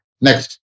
next